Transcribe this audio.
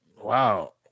wow